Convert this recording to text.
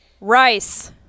Rice